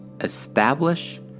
establish